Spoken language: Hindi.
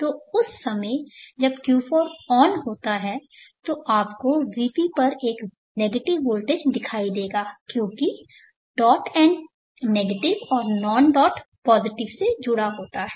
तो उस समय जब Q4 ऑन होता है तो आपको Vp पर एक नेगेटिव वोल्टेज दिखाई देगा क्योंकि डॉट एंड नेगेटिव और नॉन डॉट पॉजिटिव से जुड़ा होता है